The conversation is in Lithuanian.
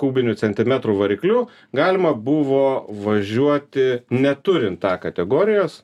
kubinių centimetrų varikliu galima buvo važiuoti neturint a kategorijos